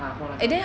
ah 过那个